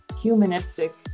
humanistic